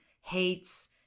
hates